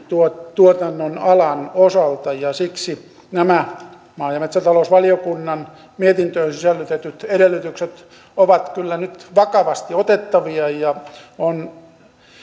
tuotannonalan osalta ja siksi nämä maa ja metsätalousvaliokunnan mietintöön sisällytetyt edellytykset ovat kyllä nyt vakavasti otettavia on